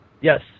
Yes